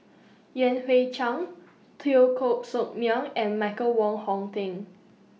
Yan Hui Chang Teo Koh Sock Miang and Michael Wong Hong Teng